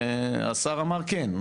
השר אמר כן,